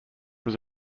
was